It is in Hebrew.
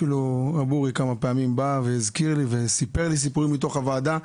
אפילו הרב אורי כמה פעמים הזכיר לי וסיפר לי סיפורים מתוך הוועדה,